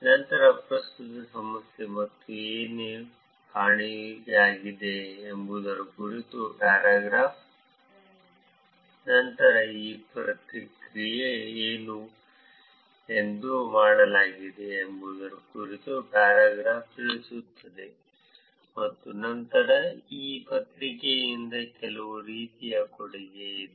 ನಂತರ ಪ್ರಸ್ತುತ ಸಮಸ್ಯೆ ಮತ್ತು ಏನು ಕಾಣೆಯಾಗಿದೆ ಎಂಬುದರ ಕುರಿತು ಪ್ಯಾರಾಗ್ರಾಫ್ ನಂತರ ಈ ಪತ್ರಿಕೆಯಲ್ಲಿ ಏನು ಏನು ಮಾಡಲಾಗಿದೆ ಎಂಬುದರ ಕುರಿತು ಪ್ಯಾರಾಗ್ರಾಫ್ ತಿಳಿಸುತ್ತದೆ ಮತ್ತು ನಂತರ ಈ ಪತ್ರಿಕೆಯಿಂದ ಕೆಲವು ರೀತಿಯ ಕೊಡುಗೆ ಇದೆ